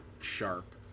sharp